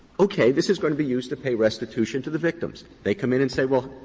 okay, this is going to be used to pay restitution to the victims. they come in and say, well,